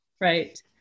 Right